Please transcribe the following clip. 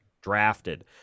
drafted